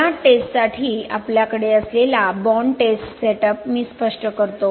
या टेस्टसाठी आपल्याकडे असलेला बाँड टेस्ट सेटअप मी स्पष्ट करतो